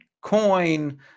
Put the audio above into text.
coin